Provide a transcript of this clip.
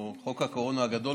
או "חוק הקורונה הגדול",